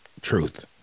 Truth